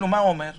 מה הוא כאילו אומר?